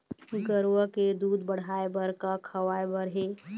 गरवा के दूध बढ़ाये बर का खवाए बर हे?